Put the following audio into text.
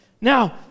Now